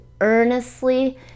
earnestly